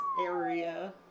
area